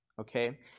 okay